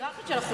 נראה לך שאנחנו,